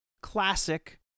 classic